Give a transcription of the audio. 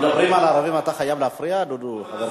כשמדברים על ערבים אתה חייב להפריע, דודו?